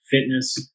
fitness